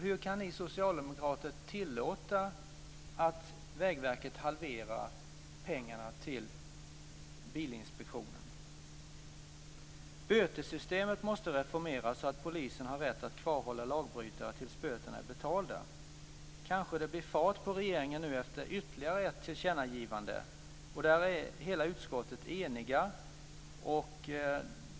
Hur kan ni socialdemokrater tillåta att Vägverket halverar pengarna till Bilinspektionen? - Bötessystemet måste reformeras så att polisen har rätt att kvarhålla lagbrytare tills böterna är betalda. Kanske det blir fart på regeringen nu efter ytterligare ett tillkännagivande? Där är hela utskottet enigt.